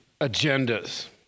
agendas